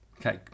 Okay